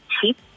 cheap